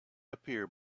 appear